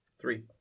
Three